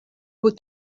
بودم